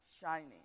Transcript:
shining